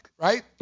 right